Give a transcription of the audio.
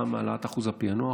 גם העלאת אחוז הפענוח,